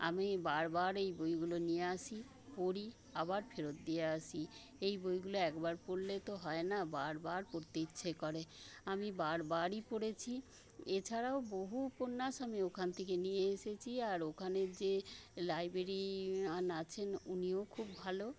আমি বারবার এই বইগুলো নিয়ে আসি পড়ি আবার ফেরত দিয়ে আসি এই বইগুলো একবার পড়লে তো হয় না বারবার পড়তে ইচ্ছা করে আমি বারবারই পড়েছি এছাড়াও বহু উপন্যাস আমি ওখান থেকে নিয়ে এসেছি আর ওখানের যে লাইব্রেরিয়ান আছেন উনিও খুব ভালো